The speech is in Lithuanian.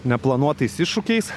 neplanuotais iššūkiais